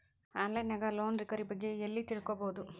on line ನ್ಯಾಗ loan recovery ಬಗ್ಗೆ ಎಲ್ಲಾ ತಿಳ್ಕೊಬೊದು